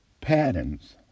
patterns